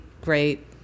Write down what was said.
great